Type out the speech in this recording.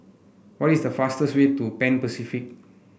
what is the fastest way to Pan Pacific